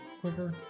Quicker